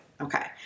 Okay